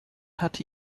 hatte